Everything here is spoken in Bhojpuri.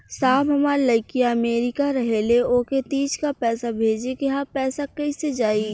साहब हमार लईकी अमेरिका रहेले ओके तीज क पैसा भेजे के ह पैसा कईसे जाई?